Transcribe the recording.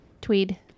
Tweed